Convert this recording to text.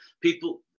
People